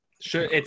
Sure